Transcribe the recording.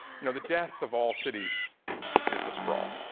you know the death of all cities is the sprawl.